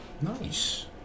nice